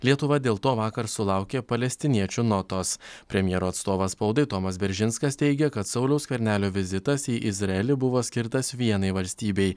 lietuva dėl to vakar sulaukė palestiniečių notos premjero atstovas spaudai tomas beržinskas teigia kad sauliaus skvernelio vizitas į izraelį buvo skirtas vienai valstybei